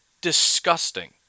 disgusting